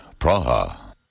Praha